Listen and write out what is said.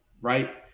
right